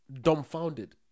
dumbfounded